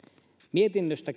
mietinnöstä